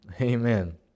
Amen